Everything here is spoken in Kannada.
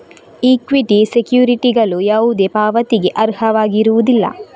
ಈಕ್ವಿಟಿ ಸೆಕ್ಯುರಿಟಿಗಳು ಯಾವುದೇ ಪಾವತಿಗೆ ಅರ್ಹವಾಗಿರುವುದಿಲ್ಲ